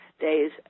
days